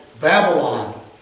Babylon